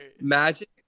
Magic